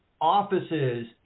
offices